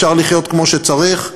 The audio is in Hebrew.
אפשר לחיות כמו שצריך.